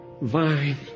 vine